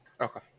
okay